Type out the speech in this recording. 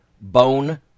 bone